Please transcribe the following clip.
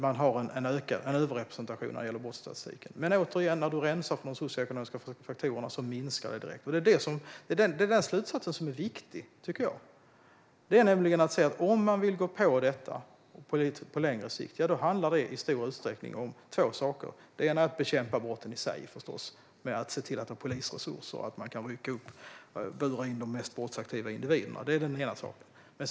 Men när man rensar den från de socioekonomiska faktorerna minskar det direkt. Det är den slutsatsen som är viktig, tycker jag. Om man vill komma åt detta på längre sikt handlar det i stor utsträckning om två saker. Det ena handlar förstås om att bekämpa brotten i sig genom att se till att det finns polisresurser så att man kan bura in de mest brottsaktiva individerna. Det är den ena saken.